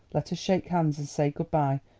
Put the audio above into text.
let us shake hands and say good-bye,